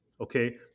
Okay